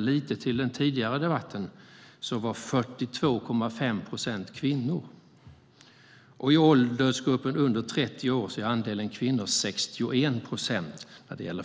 anknyta till den tidigare debatten var 42,5 procent kvinnor. I åldersgruppen under 30 år var andelen kvinnor 61 procent.